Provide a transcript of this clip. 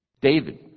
David